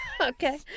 Okay